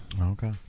Okay